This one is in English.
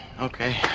okay